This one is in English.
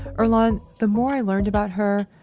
earlonne, the more i learned about her,